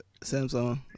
Samsung